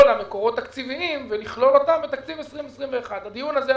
לה מקורות תקציביים ולכלול אותה בתקציב 2021. בדיון הזה,